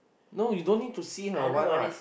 no you don't need to see her one what